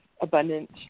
Abundant